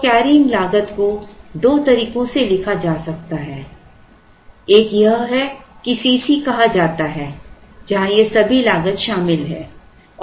तो कैरिंग लागत को दो तरीकों से लिखा जा सकता है एक यह है कि C c कहा जाता है जहां ये सभी लागत शामिल हैं